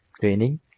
training